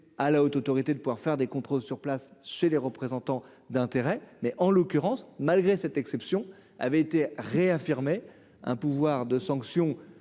à la Haute autorité de pouvoir faire des contrôles sur place chez les représentants d'intérêts, mais en l'occurrence, malgré cette exception avait été réaffirmée un pouvoir de sanction